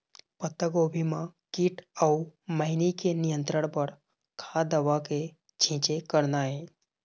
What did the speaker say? पत्तागोभी म कीट अऊ मैनी के नियंत्रण बर का दवा के छींचे करना ये?